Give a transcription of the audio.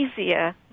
easier